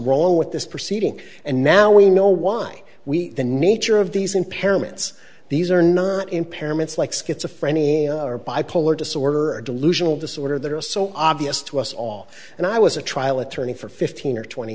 wrong with this proceeding and now we know why we the nature of these impairments these are not impairments like schizophrenia or bipolar disorder or delusional disorder that are so obvious to us all and i was a trial attorney for fifteen or twenty